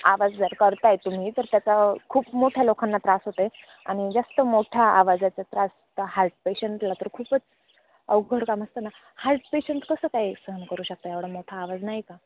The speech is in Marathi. आवाज जर करताय तुम्ही तर त्याचा खूप मोठ्या लोकांना त्रास होता आहे आणि जास्त मोठा आवाजाचा त्रास हार्ट पेशंटला तर खूपच अवघड काम असतं ना हार्ट पेशंट कसं काय सहन करू शकता एवढा मोठा आवाज नाही का